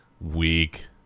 Weak